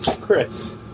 Chris